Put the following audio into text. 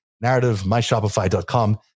narrative.myshopify.com